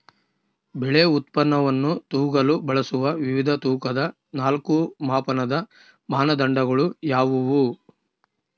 ಬೆಳೆ ಉತ್ಪನ್ನವನ್ನು ತೂಗಲು ಬಳಸುವ ವಿವಿಧ ತೂಕದ ನಾಲ್ಕು ಮಾಪನದ ಮಾನದಂಡಗಳು ಯಾವುವು?